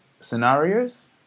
scenarios